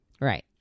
Right